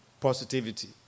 positivity